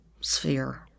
sphere